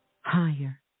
Higher